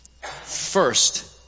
first